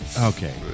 Okay